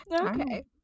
okay